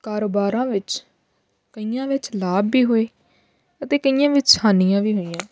ਕਾਰੋਬਾਰਾਂ ਵਿੱਚ ਕਈਆਂ ਵਿੱਚ ਲਾਭ ਵੀ ਹੋਏ ਅਤੇ ਕਈਆਂ ਵਿੱਚ ਹਾਨੀਆਂ ਵੀ ਹੋਈਆਂ